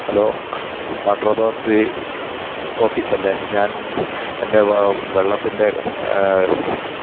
hello water authority ഓഫീസല്ലേ ഞാന് എന്റെ വ വെള്ളത്തിന്റെ